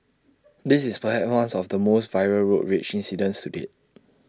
this is perhaps ones of the most viral road rage incidents to date